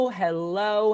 hello